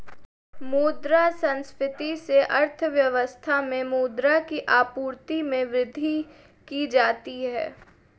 मुद्रा संस्फिति से अर्थव्यवस्था में मुद्रा की आपूर्ति में वृद्धि की जाती है